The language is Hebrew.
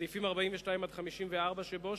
סעיפים 42 54 שבו,